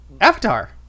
Avatar